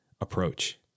approach